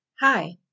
Hi